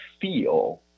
feel